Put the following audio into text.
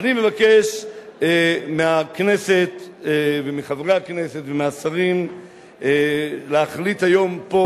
אני מבקש מהכנסת ומחברי הכנסת ומהשרים להחליט היום פה,